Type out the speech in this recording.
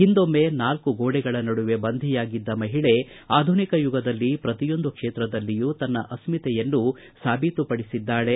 ಹಿಂದೊಮ್ಮೆ ನಾಲ್ಕು ಗೋಡೆಗಳ ನಡುವೆ ಬಂಧಿಯಾಗಿದ್ದ ಮಹಿಳೆ ಆಧುನಿಕ ಯುಗದಲ್ಲಿ ಪ್ರತಿಯೊಂದು ಕ್ಷೇತ್ರದಲ್ಲಿಯೂ ತನ್ನ ಅಸ್ಕಿತೆಯನ್ನು ಸಾಬೀತುಪಡಿಸಿದ್ದಾಳೆ